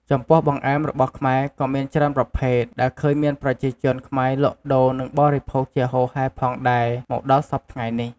ចំពោះបង្អែមរបស់ខ្មែរក៏មានច្រើនប្រភេទដែលឃើញមានប្រជាជនខ្មែរលក់ដូរនិងបរិភោគជាហូរហែផងដែរមកដល់សព្វថ្ងៃនេះ។